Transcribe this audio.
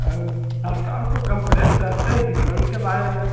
अरे सरकार को कंप्लेन करते हैं विकलांग के बारे में